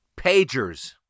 Pagers